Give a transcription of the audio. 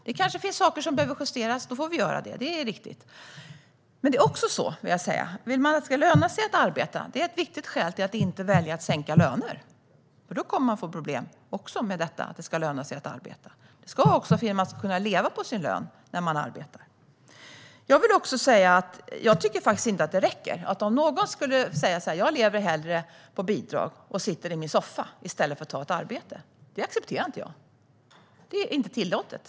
Det kanske finns saker som behöver justeras, och då får vi göra det - det är riktigt. Men jag vill också säga att om man vill att det ska löna sig att arbeta är detta ett viktigt skäl till att inte välja att sänka löner. Då kommer man nämligen att få problem med att det ska löna sig att arbeta. Människor som arbetar ska också kunna leva på sin lön. Jag tycker faktiskt inte att det räcker - om någon skulle säga att den hellre lever på bidrag och sitter i soffan än att ta ett arbete accepterar jag inte det. Det är inte tillåtet.